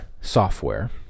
software